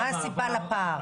מה הייתה הסיבה לפער?